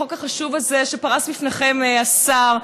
בחוק החשוב הזה שפרס בפניכם השר,